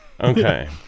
okay